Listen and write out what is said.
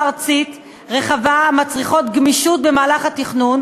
ארצית רחבה המצריכות גמישות במהלך התכנון,